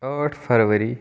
ٲٹھ فرؤری